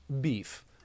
beef